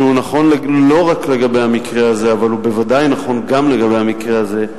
שהוא נכון לא רק לגבי המקרה הזה אבל הוא בוודאי נכון גם לגבי המקרה הזה,